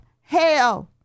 hell